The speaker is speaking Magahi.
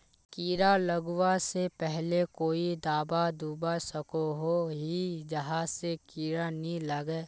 कीड़ा लगवा से पहले कोई दाबा दुबा सकोहो ही जहा से कीड़ा नी लागे?